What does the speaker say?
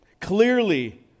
Clearly